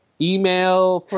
Email